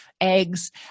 eggs